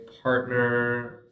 partner